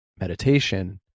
meditation